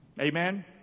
Amen